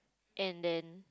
and then